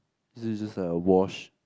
this is just a watch